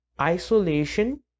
isolation